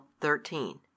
thirteen